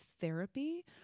therapy